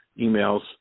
emails